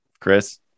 Chris